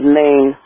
name